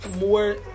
more